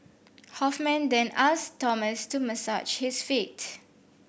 Hoffman then asked Thomas to massage his feet